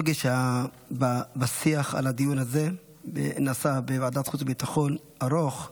אני חייב לומר שהשיח בנושא הזה בוועדת החוץ והביטחון היה ארוך.